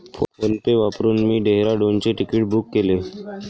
PhonePe वापरून मी डेहराडूनचे तिकीट बुक केले